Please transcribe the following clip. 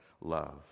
love